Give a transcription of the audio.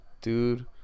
Dude